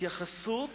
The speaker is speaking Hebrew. התייחסות